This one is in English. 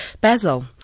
Basil